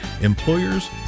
Employers